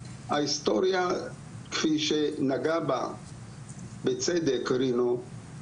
ההיסטוריה כפי שנגע בה בצדק רינו,